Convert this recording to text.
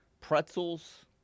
pretzels